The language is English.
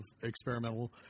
experimental